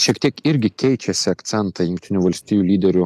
šiek tiek irgi keičiasi akcentai jungtinių valstijų lyderių